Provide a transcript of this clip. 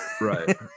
Right